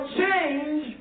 change